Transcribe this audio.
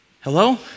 Hello